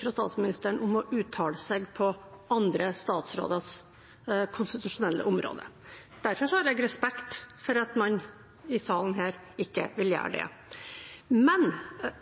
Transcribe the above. fra statsministeren om å uttale seg på andre statsråders konstitusjonelle område, og derfor har jeg respekt for at man ikke vil gjøre det i denne salen. Samtidig opplever jeg at det